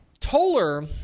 Toler